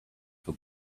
for